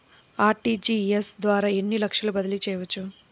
RTGS ద్వారా ఎన్ని లక్షలు బదిలీ చేయవచ్చు?